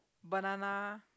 banana